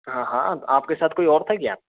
हाँ हाँ आप के साथ कोई और था क्या